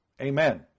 Amen